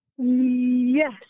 Yes